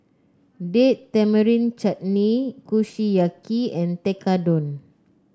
Date Tamarind Chutney Kushiyaki and Tekkadon